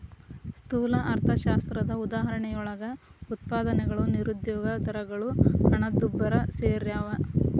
ಸ್ಥೂಲ ಅರ್ಥಶಾಸ್ತ್ರದ ಉದಾಹರಣೆಯೊಳಗ ಉತ್ಪಾದನೆಗಳು ನಿರುದ್ಯೋಗ ದರಗಳು ಹಣದುಬ್ಬರ ಸೆರ್ಯಾವ